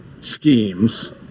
schemes